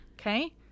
okay